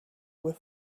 were